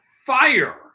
Fire